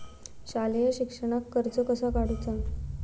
शालेय शिक्षणाक कर्ज कसा काढूचा?